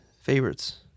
favorites